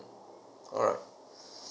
alright